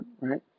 right